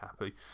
happy